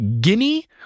Guinea